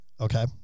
Okay